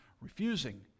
refusing